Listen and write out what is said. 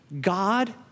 God